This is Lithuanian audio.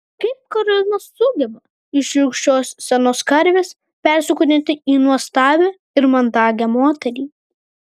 kaip karolina sugeba iš šiurkščios senos karvės persikūnyti į nuostabią ir mandagią moterį